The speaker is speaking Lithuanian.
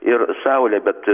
ir saulę bet